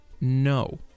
No